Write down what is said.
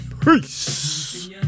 Peace